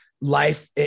life